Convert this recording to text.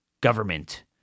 government